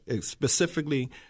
specifically